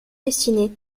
dessinées